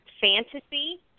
fantasy